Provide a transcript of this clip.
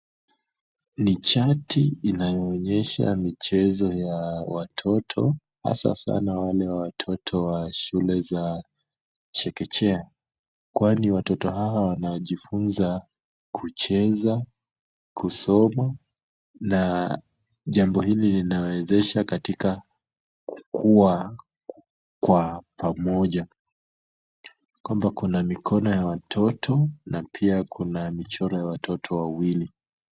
Ni chati inayoonyesha michezo ya watoto, haswa sana wale watoto wa shule za chekechea, kwani watoto hawa wanajifunza kucheza, kusoma na jambo hili linawawezesha katika kukua kwa pamoja, kwamba kuna mikono ya watoto na pia kuna michoro ya watoto wawili.